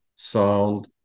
sound